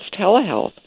telehealth